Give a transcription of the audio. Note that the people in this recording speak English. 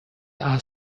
are